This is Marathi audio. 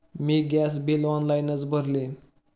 मी गॅस बिल ऑनलाइनच भरले